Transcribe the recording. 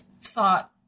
thought